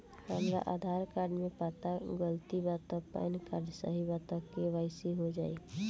हमरा आधार कार्ड मे पता गलती बा त पैन कार्ड सही बा त के.वाइ.सी हो जायी?